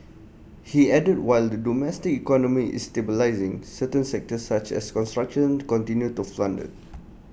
he added what the domestic economy is stabilising certain sectors such as construction continue to flounder